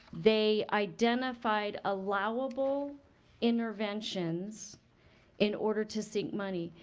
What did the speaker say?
they identified allowable interventions in order to seek money.